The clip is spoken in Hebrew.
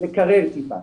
לקרר טיפה.